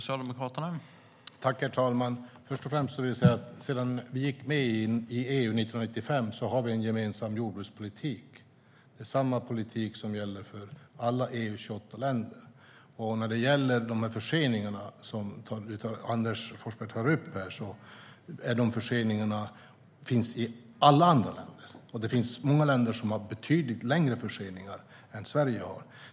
Herr talman! Sedan vi gick med i EU 1995 har vi en gemensam jordbrukspolitik, så samma politik gäller för alla EU:s 28 länder. Förseningarna som Anders Forsberg tar upp finns i alla länder, och många länder har betydligt större förseningar än Sverige.